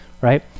Right